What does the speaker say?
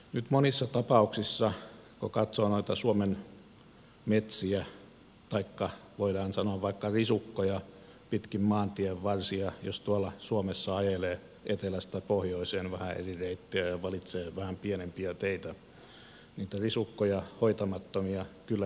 nyt monissa tapauksissa kun katsoo noita suomen metsiä taikka voidaan sanoa vaikka että risukkoja pitkin maantienvarsia eli jos tuolla suomessa ajelee etelästä pohjoiseen vähän eri reittejä ja valitsee vähän pienempiä teitä niitä hoitamattomia risukkoja kyllä riittää siellä